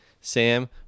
Sam